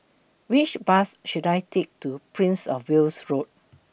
Which Bus should I Take to Prince of Wales Road